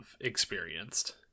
experienced